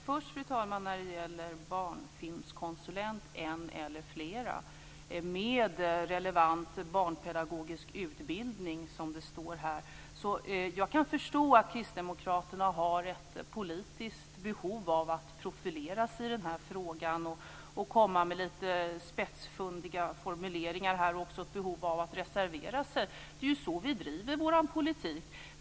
Fru talman! Först var det frågan om en eller flera barnfilmskonsulenter med relevant barnpedagogisk utbildning. Jag kan förstå att Kristdemokraterna har ett politiskt behov att profilera sig i frågan, komma med spetsfundiga formuleringar och att reservera sig. Det är så vi driver politik.